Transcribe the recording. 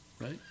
Right